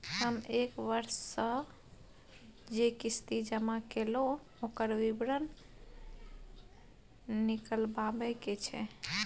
हम एक वर्ष स जे किस्ती जमा कैलौ, ओकर विवरण निकलवाबे के छै?